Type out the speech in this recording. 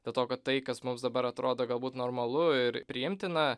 dėl to kad tai kas mums dabar atrodo galbūt normalu ir priimtina